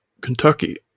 Kentucky